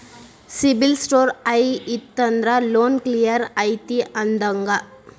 CIBIL score high ಇತ್ತಂದ್ರ loan clear ಐತಿ ಅಂದಂಗ